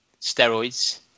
steroids